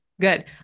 Good